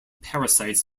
parasites